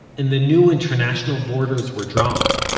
and the new international borders were drawn,